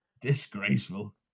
disgraceful